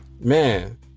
Man